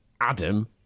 Adam